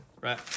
right